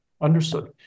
Understood